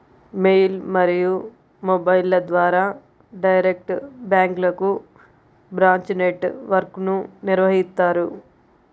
mail మరియు మొబైల్ల ద్వారా డైరెక్ట్ బ్యాంక్లకు బ్రాంచ్ నెట్ వర్క్ను నిర్వహిత్తారు